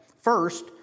First